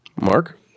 Mark